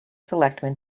selectmen